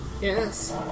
Yes